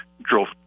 drove